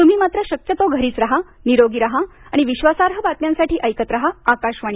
तुम्ही मात्र शक्यतो घरीच रहा निरोगी रहा आणि विश्वासार्ह बातम्यांसाठी ऐकत राहा आकाशवाणी